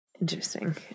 Interesting